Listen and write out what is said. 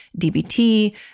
DBT